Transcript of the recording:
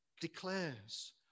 declares